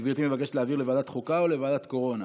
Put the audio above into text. גברתי מבקשת להעביר לוועדת החוקה או לוועדת הקורונה?